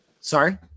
sorry